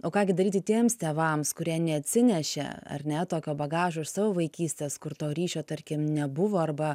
o ką gi daryti tiems tėvams kurie neatsinešė ar ne tokio bagažo iš savo vaikystės kur to ryšio tarkim nebuvo arba